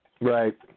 Right